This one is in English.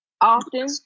often